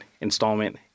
installment